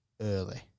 early